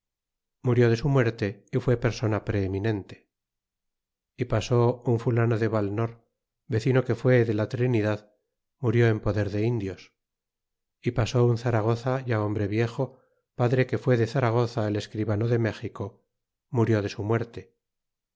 murió de su muerte é fue persona preeminente e pasó un fulano de balnor vecino que fué de la trinidad murió en poder de indios e pasó un zaragoza ya hombre viejo padre que fue de zaragoza el escribano de méxico murió de su muerte